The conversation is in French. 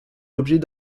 l’objet